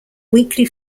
weekly